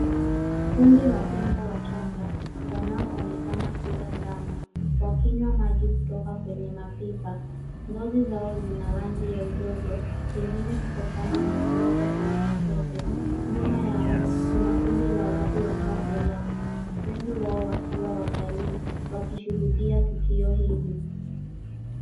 Kundi la tembo wachanga wanaonekana kuwa ndama, wakinywa maji kutoka kwenye mapipa. Ngozi zao zina rangi ya udongo pengine kutokana na kuoga kwenye matope. Nyuma yao kuna kundi la watu wanaotazama wengi wao wakiwa watalii, wakishuhudia tukio hili.